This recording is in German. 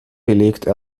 belegte